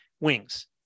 wings